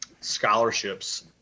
scholarships